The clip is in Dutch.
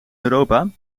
europa